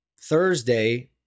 Thursday